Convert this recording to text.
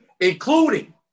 including